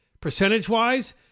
Percentage-wise